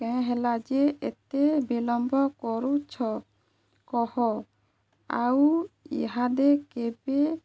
କେଁ ହେଲା ଯେ ଏତେ ବିଲମ୍ବ କରୁଛ କହ ଆଉ ଇହାଦେ କେବେ